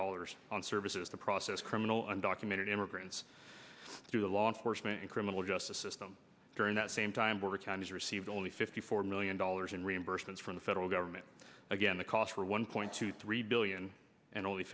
dollars on services to process criminal undocumented immigrants through the law enforcement and criminal justice system during that same time border counties received only fifty four million dollars in reimbursements from the federal government again the cost for one point two three billion and only